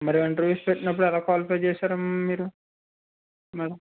మరి ఇంటర్వ్యూస్ వచ్చినపుడు ఎలా క్వాలిఫై చేశారమ్మ మీరు